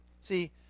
See